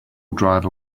driver